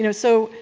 you know so,